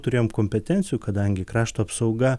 turėjom kompetencijų kadangi krašto apsauga